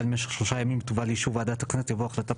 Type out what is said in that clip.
למשך שלושה ימים ותובא לאישור ועדת הכנסת' יבוא 'החלטת